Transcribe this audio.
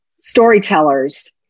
storytellers